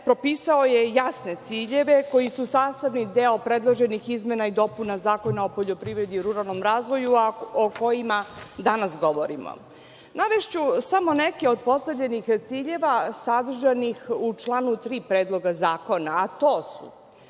propisao je jasne ciljeve koji su sastavni deo predloženih izmena i dopuna Zakona o poljoprivredi i ruralnom razvoju, a o kojima danas govorimo. Navešću samo neke od postavljenih ciljeva sadržanih u članu 3. Predloga zakona, a to su: